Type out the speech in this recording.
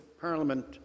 parliament